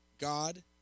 God